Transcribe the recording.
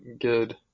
good